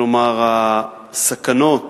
כלומר, הסכנות